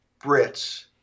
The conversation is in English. Brits